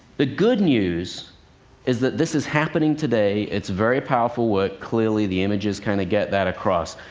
the good news is that this is happening today. it's very powerful work. clearly the images kind of get that across.